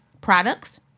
products